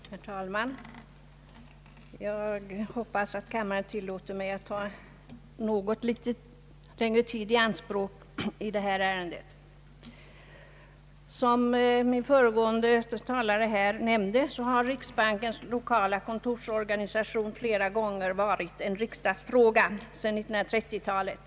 Herr talman! Jag hoppas att kammaren tillåter mig att ta något litet längre tid i anspråk i detta ärende. Som den föregående talaren nämnde har riksbankens lokala kontorsorganisation flera gånger varit en riksdagsfråga sedan 1930-talet.